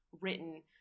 written